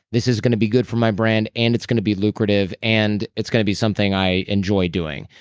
this is going to be good for my brand, and it's going to be lucrative, and it's going to be something i enjoy doing.